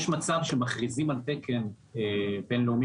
יש מצב שמכריזים על תקן בין-לאומי,